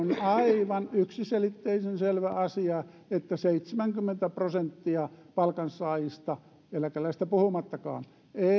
aivan yksiselitteisen selvä asia että seitsemänkymmentä prosenttia palkansaajista eläkeläisistä puhumattakaan